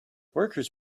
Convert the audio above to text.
workers